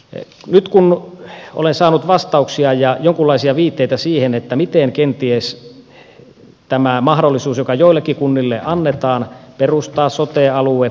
nyt kun olen saanut vastauksia ja jonkunlaisia viitteitä siitä miten kenties tullaan organisoimaan tämä mahdollisuus joka joillekin kunnille annetaan perustaa sote alue